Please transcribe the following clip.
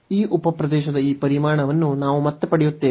ಈ ಉಪ ಪ್ರದೇಶದ ಈ ಪರಿಮಾಣವನ್ನು ನಾವು ಮತ್ತೆ ಪಡೆಯುತ್ತೇವೆ